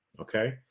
Okay